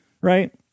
right